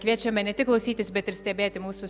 kviečiame ne tik klausytis bet ir stebėti mūsų